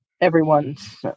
everyone's